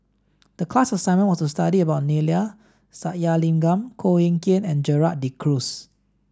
the class assignment was to study about Neila Sathyalingam Koh Eng Kian and Gerald De Cruz